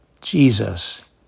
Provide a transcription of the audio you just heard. Jesus